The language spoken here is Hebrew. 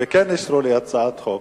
וכן אישרו לי הצעת חוק.